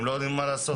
הם לא יודעים מה לעשות.